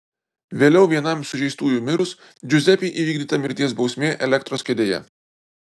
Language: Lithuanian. vėliau vienam sužeistųjų mirus džiuzepei įvykdyta mirties bausmė elektros kėdėje